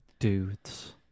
Dudes